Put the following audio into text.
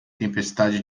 tempestade